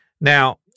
Now